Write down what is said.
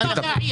חינוך והסברה